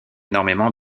énormément